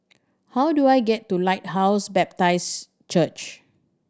how do I get to Lighthouse Baptist Church